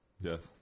Yes